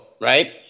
right